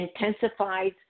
intensifies